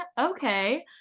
okay